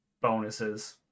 bonuses